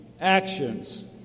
actions